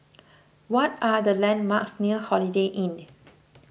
what are the landmarks near Holiday Inn